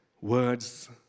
words